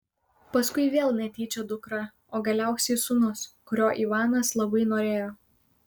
paskui vėl netyčia dukra o galiausiai sūnus kurio ivanas labai norėjo